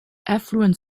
affluent